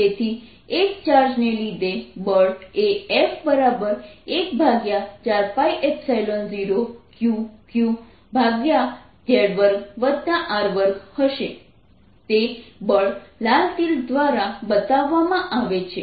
તેથી એક ચાર્જ ને લીધે બળ એ F14π0Q qz2R2 હશે તે બળ લાલ તીર દ્વારા બતાવવામાં આવે છે